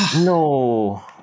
No